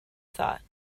thought